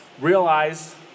realize